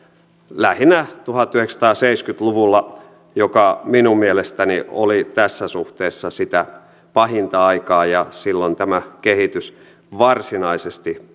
lähinnä tuhatyhdeksänsataaseitsemänkymmentä luvulla joka minun mielestäni oli tässä suhteessa sitä pahinta aikaa ja silloin tämä kehitys varsinaisesti